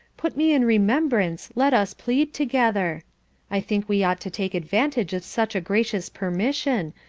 put me in remembrance, let us plead together i think we ought to take advantage of such a gracious permission,